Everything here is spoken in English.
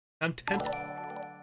Content